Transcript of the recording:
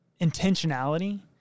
intentionality